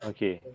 Okay